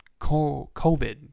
COVID